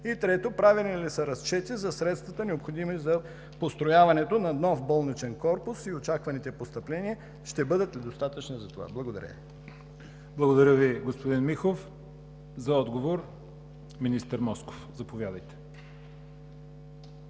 Трето, правени ли са разчети за средствата, необходими за построяването на нов болничен корпус и очакваните постъпления ще бъдат ли достатъчни за това? Благодаря. ПРЕДСЕДАТЕЛ ЯВОР ХАЙТОВ: Благодаря Ви, господин Михов. За отговор – министър Москов, заповядайте.